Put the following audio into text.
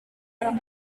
orang